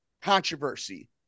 controversy